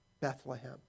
Bethlehem